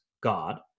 God